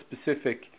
specific